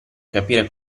capire